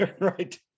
Right